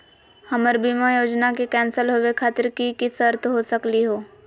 हमर बीमा योजना के कैन्सल होवे खातिर कि कि शर्त हो सकली हो?